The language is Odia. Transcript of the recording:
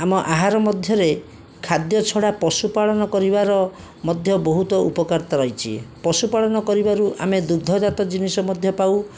ଆମ ଆହାର ମଧ୍ୟରେ ଖାଦ୍ୟ ଛଡ଼ା ପଶୁପାଳନ କରିବାର ମଧ୍ୟ ବହୁତ ଉପକାରିତା ରହିଛି ପଶୁପାଳନ କରିବାରୁ ଆମେ ଦୁଗ୍ଧଜାତ ଜିନିଷ ମଧ୍ୟ ପାଉ